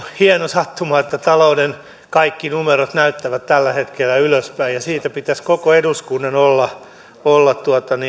hieno sattuma että talouden kaikki numerot näyttävät tällä hetkellä ylöspäin ja siitä pitäisi koko eduskunnan olla olla